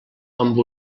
amb